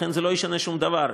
לכן זה לא ישנה שום דבר.